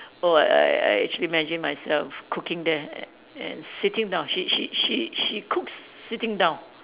oh I I I actually imagine myself cooking there a~ and sitting down she she she she cooks sitting down